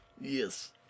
Yes